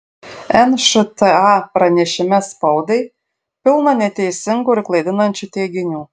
nšta pranešime spaudai pilna neteisingų ir klaidinančių teiginių